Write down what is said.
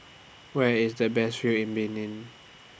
Where IS The Best View in Benin